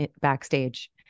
backstage